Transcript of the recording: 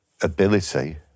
ability